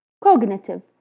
Cognitive